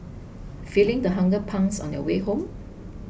feeling the hunger pangs on your way home